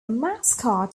mascot